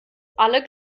alle